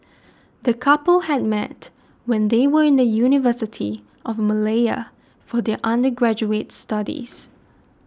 the couple had met when they were in the University of Malaya for their undergraduate studies